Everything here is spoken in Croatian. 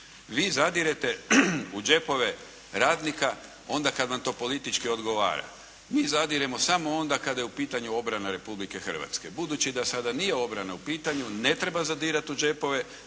Vi zadirete u đepove radnika onda kad vam to politički odgovara. Mi zadiremo samo onda kada je u pitanju obrana Republika Hrvatska. Budući da sada nije obrana u pitanju ne treba zadirati u đepove